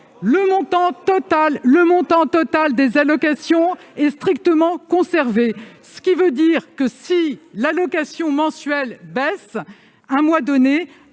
Le montant total des allocations est strictement conservé, ce qui signifie que, si l'allocation mensuelle baisse pendant un mois donné,